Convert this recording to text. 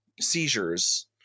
seizures